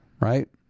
right